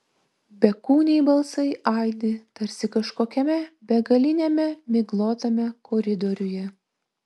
bekūniai balsai aidi tarsi kažkokiame begaliniame miglotame koridoriuje